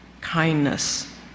kindness